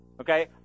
Okay